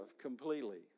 completely